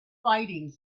fighting